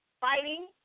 fighting